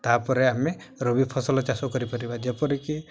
ତା'ପରେ ଆମେ ରବି ଫସଲ ଚାଷ କରିପାରିବା ଯେପରିକି